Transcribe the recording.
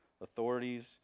authorities